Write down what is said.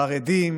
חרדים,